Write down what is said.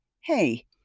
hey